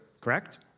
correct